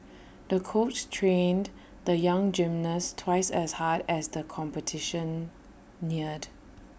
the coach trained the young gymnast twice as hard as the competition neared